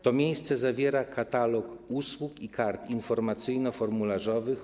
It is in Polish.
To miejsce zawiera katalog usług i kart informacyjno-formularzowych.